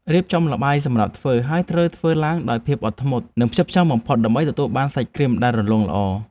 រៀបចំល្បាយសម្រាប់ធ្វើ ហើយត្រូវធ្វើឡើងដោយភាពអត់ធ្មត់ និងភាពផ្ចិតផ្ចង់បំផុតដើម្បីទទួលបានសាច់គ្រីមដែលរលោងល្អ។